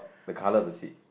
the colour of the seat